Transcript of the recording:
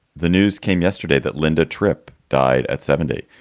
the news came yesterday that linda tripp died at seventy,